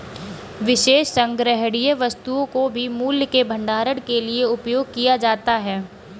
विशेष संग्रहणीय वस्तुओं को भी मूल्य के भंडारण के लिए उपयोग किया जाता है